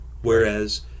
whereas